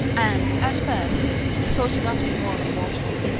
and at first thought he must be more than mortal.